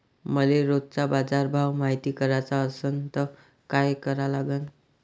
मले रोजचा बाजारभव मायती कराचा असन त काय करा लागन?